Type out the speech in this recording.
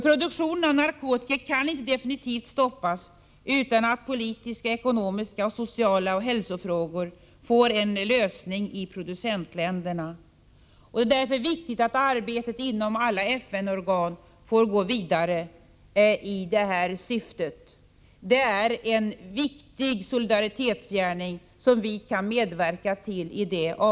Produktionen av narkotika kan inte definitivt stoppas utan att politiska, ekonomiska och sociala frågor samt hälsofrågor i producentländerna får en lösning. Det är därför viktigt att arbetet inom alla FN-organ får gå vidare i detta syfte. Det är en betydelsefull solidaritetsgärning, som vi kan medverka till.